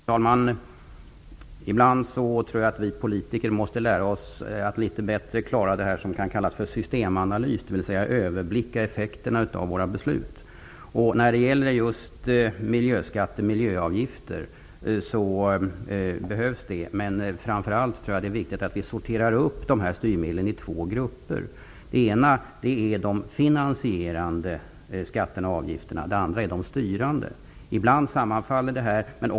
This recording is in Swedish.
Fru talman! Ibland tror jag att vi politiker måste lära oss att litet bättre klara det som kan kallas systemanalys, dvs. att överblicka effekterna av våra beslut. Det behövs när det gäller miljöskatter och miljöavgifter. Men framför allt är det viktigt, tror jag, att vi sorterar upp dessa styrmedel i två grupper, nämligen för det första de finansierande skatterna och avgifterna och för det andra de styrande. Ibland sammanfaller dessa funktioner.